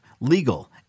legal